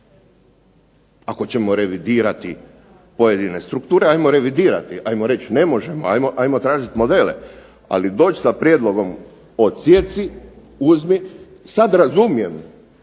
Ako ćemo revidirati pojedine strukture, hajmo revidirati, hajmo reći ne možemo, hajmo tražiti modele. Ali doći sa prijedlogom odsjeci, uzmi. Sad razumijem,